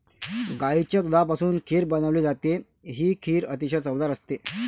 गाईच्या दुधापासून खीर बनवली जाते, ही खीर अतिशय चवदार असते